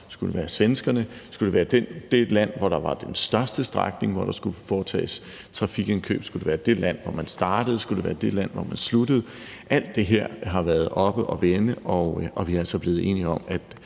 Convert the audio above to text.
os; skulle det være svenskerne; skulle det være det land, hvor der var den største strækning, hvor der skulle foretages trafikindkøb; skulle det være det land, hvor man startede; skulle være det land, hvor man sluttede? Alt det her har været oppe at vende, og vi er altså blevet enige om,